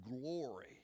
glory